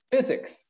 physics